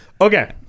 Okay